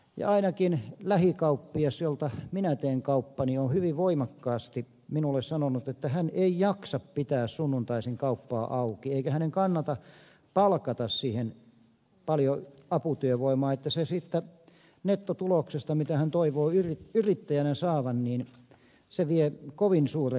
ja ainakin lähikauppias jolta minä teen kauppani on hyvin voimakkaasti minulle sanonut että hän ei jaksa pitää sunnuntaisin kauppaa auki eikä hänen kannata palkata siihen paljon aputyövoimaa koska se siitä nettotuloksesta mitä hän toivoo yrittäjänä saavansa vie kovin suuren osan